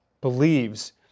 believes